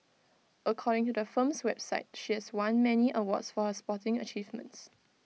according to her firm's website she has won many awards for her sporting achievements